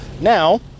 Now